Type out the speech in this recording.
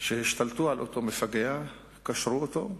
שהשתלטו על אותו מפגע, קשרו אותו,